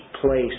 place